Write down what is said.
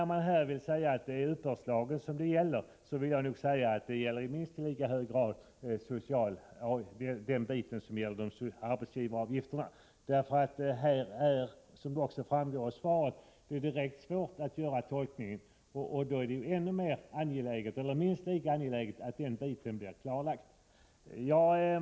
Det har här framhållits att det är uppbördslagen som berörs. Jag menar dock att det i minst lika hög grad gäller arbetsgivaravgifterna. Det är, som också framgår av finansministerns svar, verkligen svårt att tolka bestämmelserna i det avseendet, och det är därför minst lika angeläget att klarhet skapas på den punkten.